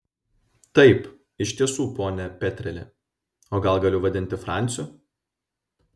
taip iš tiesų pone petreli o gal galiu vadinti franciu